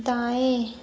दाएँ